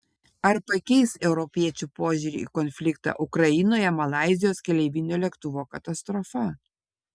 ar pakeis europiečių požiūrį į konfliktą ukrainoje malaizijos keleivinio lėktuvo katastrofa